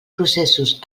processos